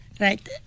right